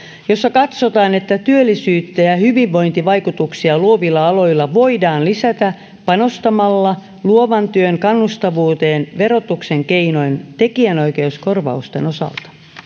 jossa katsotaan että työllisyyttä ja hyvinvointivaikutuksia luovilla aloilla voidaan lisätä panostamalla luovan työn kannustavuuteen verotuksen keinoin tekijänoikeuskorvausten osalta